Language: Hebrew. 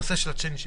הנושא של הצ'יינג'ים,